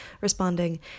responding